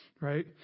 Right